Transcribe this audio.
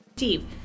Steve